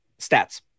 stats